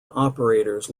operators